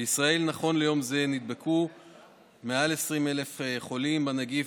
בישראל נכון ליום זה נדבקו מעל 20,000 חולים בנגיף,